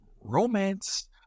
romance